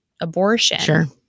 abortion